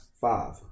Five